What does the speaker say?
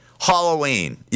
Halloween